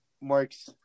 marks